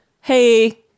hey